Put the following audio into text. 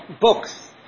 books